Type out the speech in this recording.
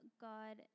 God